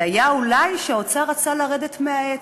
זה היה אולי שהאוצר רצה לרדת מהעץ,